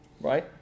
right